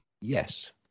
Yes